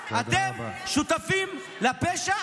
אתם שותפים לפשע,